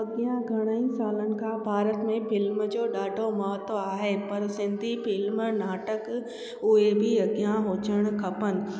अॻियां घणा ई सालनि खां भारत में फिल्म जो ॾाढो महत्व आहे पर सिंधी फिल्म नाटक उहे बि अॻियां हुजणु खपनि